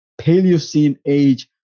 Paleocene-age